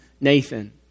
Nathan